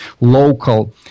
local